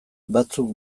batzuk